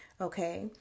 okay